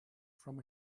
from